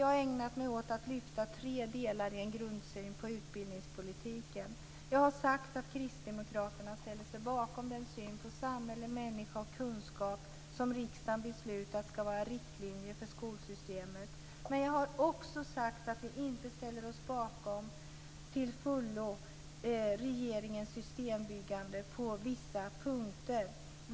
Jag har ägnat mig åt att lyfta fram tre delar i en grundsyn på utbildningspolitiken. Jag har sagt att kristdemokraterna ställer sig bakom den syn på samhälle, människa och kunskap som riksdagen har beslutat ska vara riktlinjer för skolsystemet. Men jag har också sagt att vi inte till fullo ställer oss bakom regeringens systembyggande på vissa punkter.